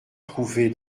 trouvé